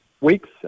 weeks